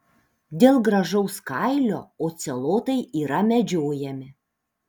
dėl gražaus kailio ocelotai yra medžiojami